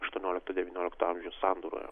aštuoniolito devyniolikto amžių sandūroje